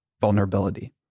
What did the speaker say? vulnerability